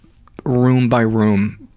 room by room,